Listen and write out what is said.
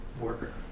worker